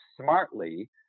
smartly